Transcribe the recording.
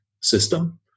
system